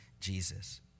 Jesus